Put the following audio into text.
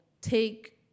take